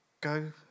go